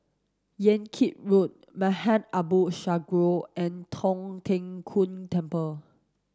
Yan Kit Road Maghain Aboth Synagogue and Tong Tien Kung Temple